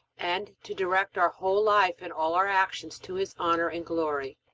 and to direct our whole life and all our actions to his honor and glory.